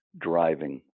driving